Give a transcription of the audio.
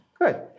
Good